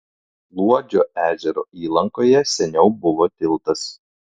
luodžio ežero įlankoje seniau buvo tiltas